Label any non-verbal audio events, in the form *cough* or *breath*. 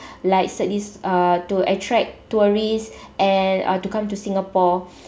like cirque du s~ uh to attract tourists and uh to come to singapore *breath*